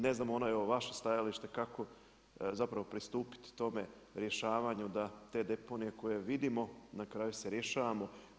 Ne znam vaše stajalište kako pristupiti tome rješavanju da te deponije koje vidimo na kraju se rješavamo.